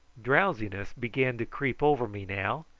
drowsiness began to creep over me now,